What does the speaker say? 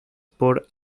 por